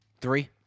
Three